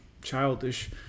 childish